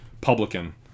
publican